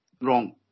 wrong